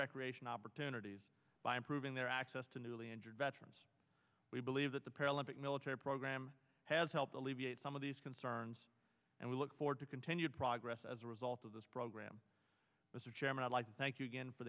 recreation opportunities by improving their access to newly injured veterans we believe that the paralympic military program has helped alleviate some of these concerns and we look forward to continued progress as a result of this program mr chairman i'd like to thank you again for